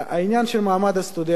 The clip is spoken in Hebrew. העניין של מעמד הסטודנט,